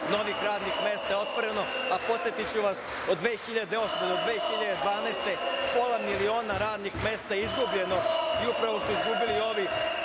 novih radnih mesta je otvoreno. Podsetiću vas, od 2008. do 2012. godine pola miliona radnih mesta je izgubljeno i upravo su izgubili od